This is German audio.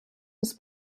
muss